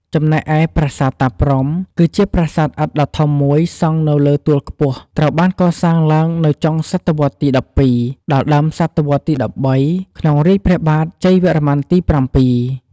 ចំណែកឯ ប្រាសាទតាព្រហ្ម គឺជាប្រាសាទឥដ្ឋដ៏ធំមួយសង់នៅលើទួលខ្ពស់ ត្រូវបានកសាងឡើងនៅ ចុងសតវត្សរ៍ទី ១២ ដល់ដើមសតវត្សរ៍ទី ១៣ ក្នុងរាជ្យព្រះបាទជ័យវរ្ម័នទី ៧។